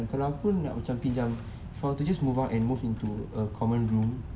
kalau aku nak macam pinjam for just to move on and move into a common room